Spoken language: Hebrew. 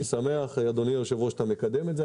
אני שמח, אדוני היושב- ראש, שאתה מקדם את זה.